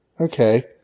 Okay